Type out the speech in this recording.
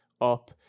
up